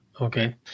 Okay